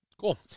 Cool